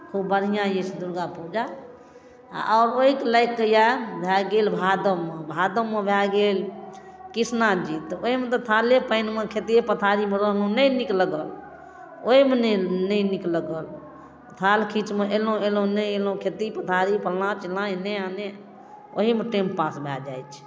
ओ बढ़िआँ अछि दुर्गा पूजा आ अबैत लागि कऽ इएह भए गेल भादवमे भादवमे भए गेल कृष्णा जी तऽ ओहिमे तऽ थाले पानिमे खेती पथारीमे रहलहुँ नहि नीक लगल ओहिमे नहि नहि नीक लागल थाल कीचमे एलहुँ एलहुँ नहि एलहुँ खेती पथारी फल्लाँ चिल्लाँ एन्ने ओन्ने ओहीमे टाइम पास भए जाइ छै